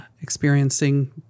experiencing